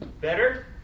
Better